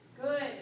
Good